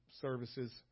services